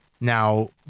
now